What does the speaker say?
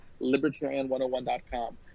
libertarian101.com